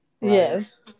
yes